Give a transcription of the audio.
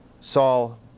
Saul